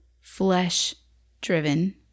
flesh-driven